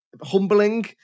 humbling